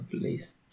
place